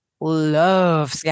love